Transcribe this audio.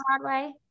Broadway